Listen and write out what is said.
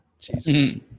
Jesus